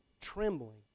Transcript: trembling